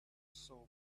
soap